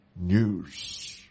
news